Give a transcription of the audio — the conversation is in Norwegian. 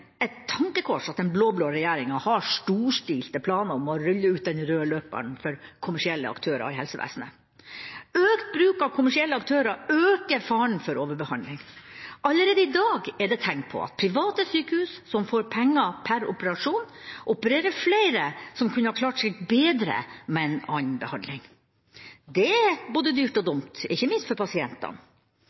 et tankekors at den blå-blå regjeringa har storstilte planer om å rulle ut den røde løperen for kommersielle aktører i helsevesenet. Økt bruk av kommersielle aktører øker faren for overbehandling. Allerede i dag er det tegn på at private sykehus, som får penger per operasjon, opererer flere som kunne klart seg bedre med en annen behandling. Det er både dyrt og dumt – ikke minst for pasientene.